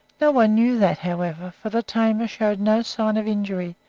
no one knew that, however, for the tamer showed no sign of injury,